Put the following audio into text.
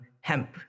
hemp